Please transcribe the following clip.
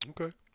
Okay